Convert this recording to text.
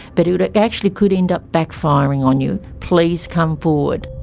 but it ah actually could end up backfiring on you. please come forward.